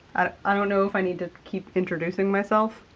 i don't know if i need to keep introducing myself.